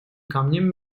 камнем